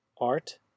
Art